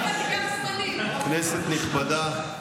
כנסת נכבדה,